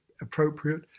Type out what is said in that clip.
appropriate